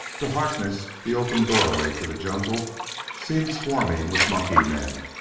to harkness the open doorway to the jungle seemed swarming with monkey-men.